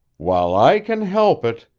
while i can help it,